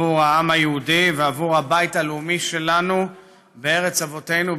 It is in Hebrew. עבור העם היהודי ועבור הבית הלאומי שלנו בארץ אבותינו,